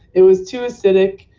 it was too acidic,